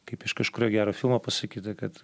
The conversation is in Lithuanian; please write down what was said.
kaip iš kažkurio gero filmo pasakyta kad